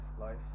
life